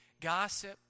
gossip